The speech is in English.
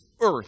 earth